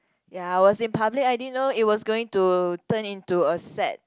ya I was in public I didn't know it was going to turn into a sad